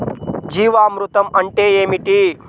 జీవామృతం అంటే ఏమిటి?